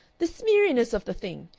the smeariness of the thing!